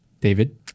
david